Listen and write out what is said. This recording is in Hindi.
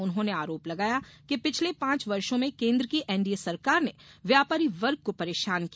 उन्होंने आरोप लगाया कि पिछले पांच वर्षो में केन्द्र की एनडीए सरकार ने व्यापारी वर्ग को परेशान किया